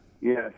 Yes